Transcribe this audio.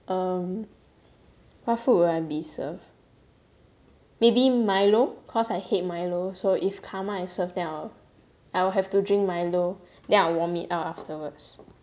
um what food will I be served maybe milo cause I hate milo so if karma I serve then I will have to drink milo then I vomit out afterwards